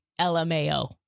LMAO